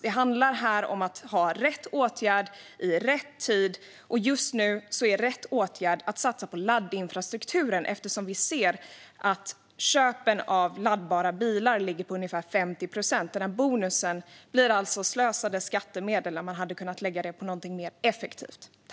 Detta handlar om att ha rätt åtgärd i rätt tid, och just nu är rätt åtgärd att satsa på laddinfrastrukturen eftersom vi ser att köpen av laddbara bilar ligger på ungefär 50 procent. Den där bonusen skulle alltså vara slösade skattemedel som hade kunnat läggas på något mer effektivt.